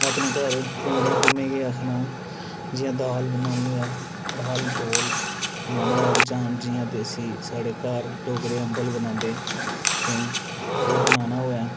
अपने घर केईं बारी मम्मी गी आखना जि'यां दाल बनानी होऐ दाल चौल बनाना होवे जां जि'यां देसी साढ़े घर डोगरे अम्बल बनांदे केईं ओह् बनाना होवे